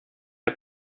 app